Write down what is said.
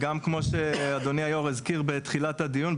שהזכיר אדוני היושב-ראש בתחילת הדיון,